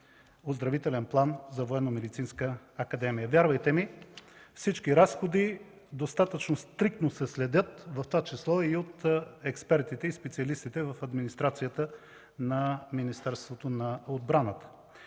оздравителен план за Военномедицинска академия. Вярвайте ми, всички разходи достатъчно стриктно се следят, в това число и от експертите и специалистите в администрацията на Министерството на отбраната.